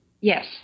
Yes